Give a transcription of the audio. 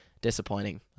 disappointing